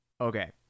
okay